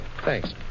Thanks